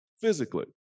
physically